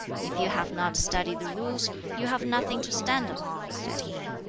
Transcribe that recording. if you have not studied the rules, you have nothing to stand upon said he.